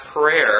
prayer